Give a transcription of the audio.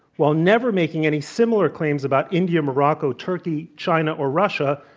while never making any similar claims about india, morocco, turkey, china, or russia,